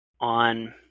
on